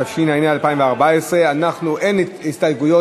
התשע"ה 2014. אין הסתייגויות.